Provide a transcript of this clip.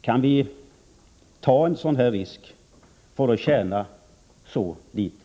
Kan vi ta en sådan risk, för att tjäna så litet?